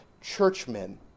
churchmen